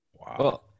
Wow